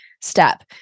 step